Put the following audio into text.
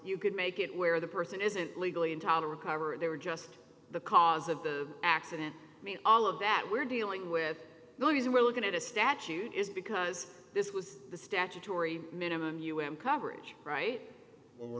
you could make it where the person isn't legally intolerant however they were just the cause of the accident i mean all of that we're dealing with the reason we're looking at a statute is because this was the statutory minimum u m coverage right